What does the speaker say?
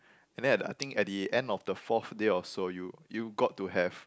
and then I think at the end of the fourth day or so you you got to have